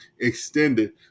extended